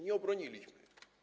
Nie obroniliśmy.